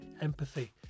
empathy